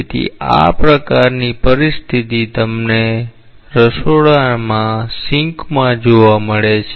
તેથી આ પ્રકારની પરિસ્થિતિ તમને રસોડાના સિંકમાં જોવા મળે છે